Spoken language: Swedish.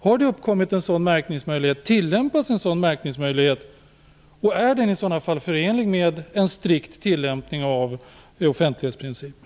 Har det uppkommit en annan märkningsmöjlighet? Tillämpas en sådan märkningsmöjlighet? Är den i sådana fall förenlig med en strikt tillämpning av offentlighetsprincipen?